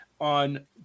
on